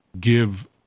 Give